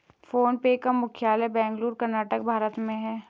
phone पे का मुख्यालय बेंगलुरु, कर्नाटक, भारत में है